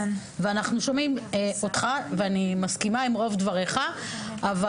אנחנו שומעים אותך ואני מסכימה עם רוב דבריך,